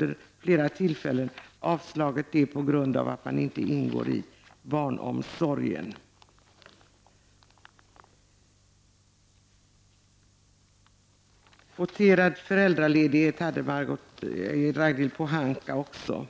vid flera tillfällen avslagit det förslaget på grund av att den verksamheten inte ingår i samhällets barnomsorg. Frågan om kvoterad föräldraledighet tog Ragnhild Pohanka upp.